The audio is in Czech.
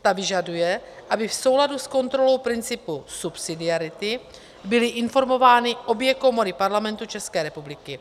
Ta vyžaduje, aby v souladu s kontrolou principu subsidiarity byly informovány obě komory Parlamentu České republiky.